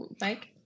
Mike